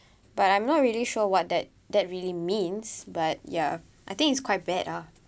but I'm not really sure what that that really means but ya I think it's quite bad ah